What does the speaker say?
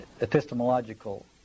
epistemological